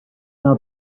now